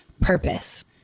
purpose